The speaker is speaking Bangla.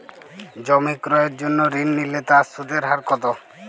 জমি ক্রয়ের জন্য ঋণ নিলে তার সুদের হার কতো?